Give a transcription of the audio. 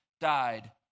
died